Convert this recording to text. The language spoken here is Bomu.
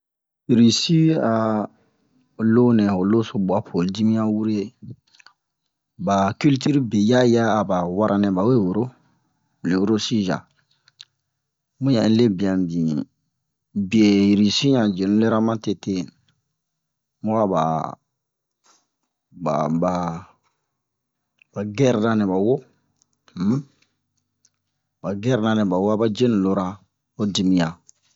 Risi a lonɛ yo bwa po ho dimiyan wure ba kiltir be yaya a ba wara nɛ bawe woro le rosija mu yan yi lebi'an bin biye risi yan jenu lora ma tete mu'a ba ba ba ba gɛr ra nɛ ba wo um ba gɛr ra nɛ ba wo a ba jenu lora ho dimiyan